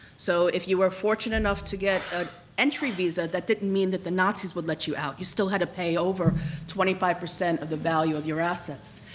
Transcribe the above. so if you were fortunate enough to get an ah entry visa, that didn't mean that the nazis would let you out, you still had to pay over twenty five percent of the value of your assets.